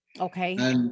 Okay